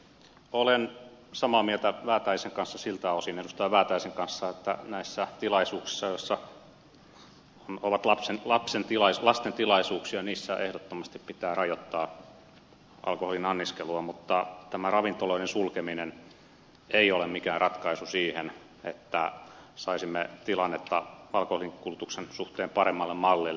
olen samaa mieltä edustaja väätäisen kanssa siltä osin että näissä tilaisuuksissa jotka ovat lasten tilaisuuksia ehdottomasti pitää rajoittaa alkoholin anniskelua mutta tämä ravintoloiden sulkeminen ei ole mikään ratkaisu siihen että saisimme tilannetta alkoholin kulutuksen suhteen paremmalle mallille